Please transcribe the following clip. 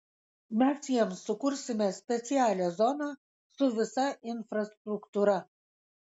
mes jiems sukursime specialią zoną su visa infrastruktūra